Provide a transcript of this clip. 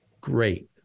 great